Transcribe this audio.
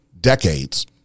decades